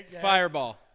Fireball